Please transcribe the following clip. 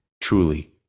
truly